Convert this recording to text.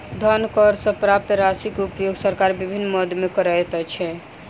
धन कर सॅ प्राप्त राशिक उपयोग सरकार विभिन्न मद मे करैत छै